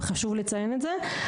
וחשוב לציין את זה.